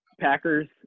Packers